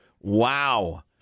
Wow